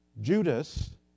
Judas